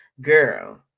Girl